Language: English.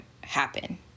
happen